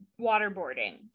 waterboarding